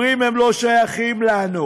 אומרים: הם לא שייכים לנו,